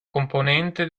componente